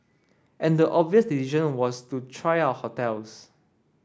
and the obvious decision was to try out hotels